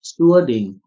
stewarding